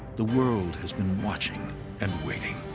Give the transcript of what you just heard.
the world has been watching and waiting.